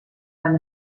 van